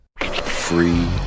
Free